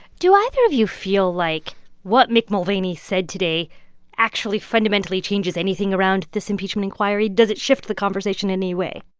do either of you feel like what mick mulvaney said today actually fundamentally changes anything around this impeachment inquiry? does it shift the conversation in any way?